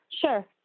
Sure